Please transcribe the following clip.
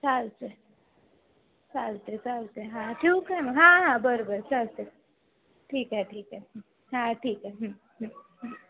चालतं आहे चालते चालते हां ठीक आहे मग हां हां बरं बरं चालते ठीक आहे ठीक आहे हां ठीक आहे